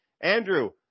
Andrew